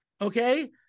Okay